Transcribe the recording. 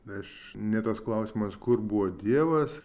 aš ne tas klausimas kur buvo dievas